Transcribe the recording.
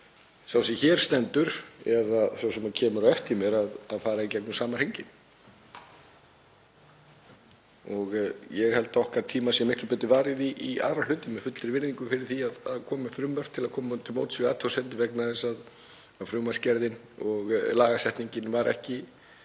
sá sem hér stendur eða sá sem kemur á eftir mér að fara í gegnum sama hringinn. Ég held að okkar tíma sé miklu betur varið í aðra hluti, með fullri virðingu fyrir því að koma með frumvarp til að koma til móts við athugasemdir vegna þess að frumvarpsgerðin og lagasetningin á